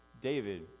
David